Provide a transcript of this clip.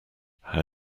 how